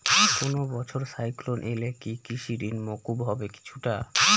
কোনো বছর সাইক্লোন এলে কি কৃষি ঋণ মকুব হবে কিছুটা?